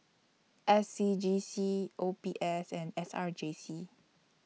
S C G C O B S and S R J C